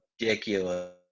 ridiculous